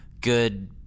Good